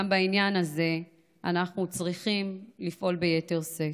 גם בעניין הזה אנחנו צריכים לפעול ביתר שאת.